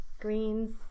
greens